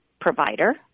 provider